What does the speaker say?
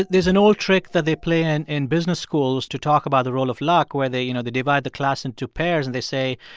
there's an old trick that they play in in business schools to talk about the role of luck, where they, you know, they divide the class into pairs. and they say,